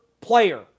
player